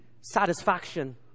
satisfaction